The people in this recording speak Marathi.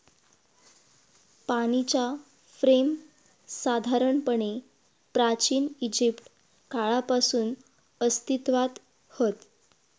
पाणीच्या फ्रेम साधारणपणे प्राचिन इजिप्त काळापासून अस्तित्त्वात हत